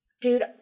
dude